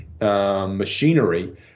machinery